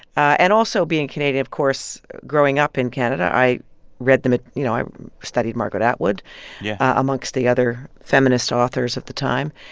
and also, being canadian, of course, growing up in canada, i read them at you know, i studied margaret atwood yeah. amongst the other feminist authors of the time.